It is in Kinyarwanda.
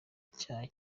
icyaha